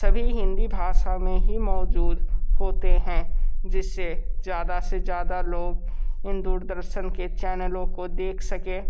सभी हिंदी भाशा में ही मौजूद होते हैं जिस से ज़्यादा से ज़्यादा लोग इन दूरदर्शन के चैनलों को देख सकें